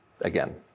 again